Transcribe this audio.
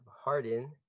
Harden